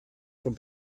vom